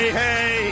hey